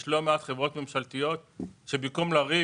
יש לא מעט חברות ממשלתיות שבמקום לריב